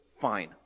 fine